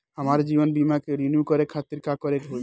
हमार जीवन बीमा के रिन्यू करे खातिर का करे के होई?